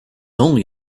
only